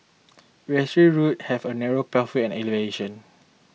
yesterday route had a lot of narrow pathway and elevation